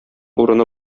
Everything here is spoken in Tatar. урыны